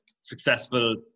successful